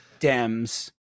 Dems